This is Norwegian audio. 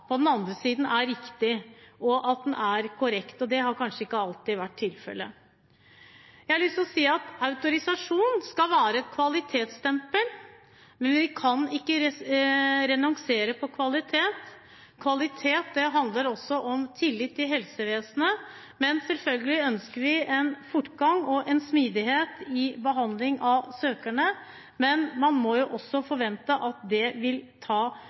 på den andre siden, er riktig, at den er korrekt, og det har kanskje ikke alltid vært tilfellet. Jeg har lyst til å si at autorisasjon skal være et kvalitetsstempel, men vi kan ikke renonsere på kvalitet. Kvalitet handler også om tillit til helsevesenet. Selvfølgelig ønsker vi en fortgang og en smidighet i behandling av søkerne, men man må også forvente at det vil ta